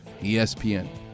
ESPN